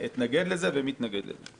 אתנגד לזה ומתנגד לזה.